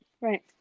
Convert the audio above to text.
Right